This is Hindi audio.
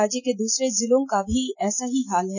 राज्य के दूसरे जिलों का भी ऐसा ही हाल है